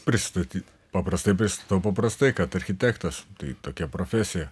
pristatyti paprastai pristatau paprastai kad architektas tai tokia profesija